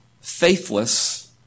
faithless